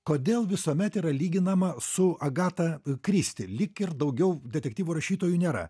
kodėl visuomet yra lyginama su agata kristi lyg ir daugiau detektyvų rašytojų nėra